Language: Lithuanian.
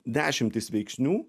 dešimtys veiksnių